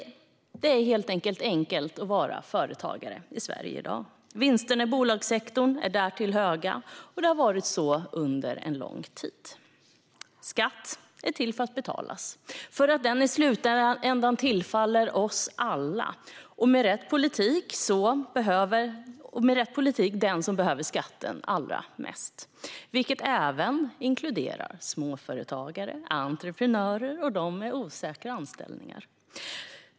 Det är helt enkelt lätt att vara företagare i Sverige i dag. Vinsterna i bolagssektorn är därtill höga, och det har varit så under lång tid. Skatt är till för att betalas för att den i slutändan tillfaller oss alla och, med rätt politik, dem som behöver den allra mest. Det inkluderar även småföretagare, entreprenörer och personer med osäkra anställningar.